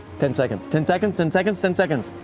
ten seconds, ten seconds, ten seconds, ten seconds!